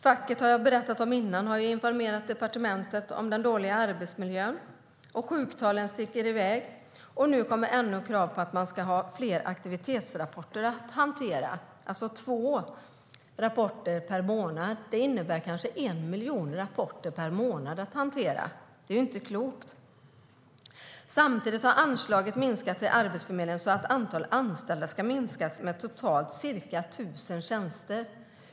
Facket har, som jag berättat om, informerat departementet om den dåliga arbetsmiljön. Sjuktalen sticker i väg. Nu kommer också krav på att man ska ha fler aktivitetsrapporter att hantera, två rapporter i månaden. Det innebär kanske en miljon rapporter per månad att hantera. Det är ju inte klokt! Samtidigt har anslaget minskat till Arbetsförmedlingen, och antalet anställda ska minskas med totalt ca 1 000 tjänster.